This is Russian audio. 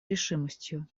решимостью